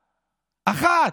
אחד, אחת.